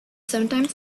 sometimes